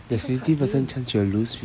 there's fifty percent chance you will lose